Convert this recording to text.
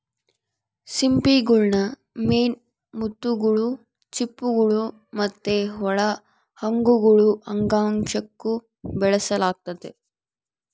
ಸಿಂಪಿಗುಳ್ನ ಮೇನ್ ಮುತ್ತುಗುಳು, ಚಿಪ್ಪುಗುಳು ಮತ್ತೆ ಒಳ ಅಂಗಗುಳು ಅಂಗಾಂಶುಕ್ಕ ಬೆಳೆಸಲಾಗ್ತತೆ